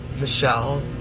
Michelle